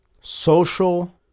social